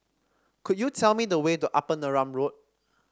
could you tell me the way to Upper Neram Road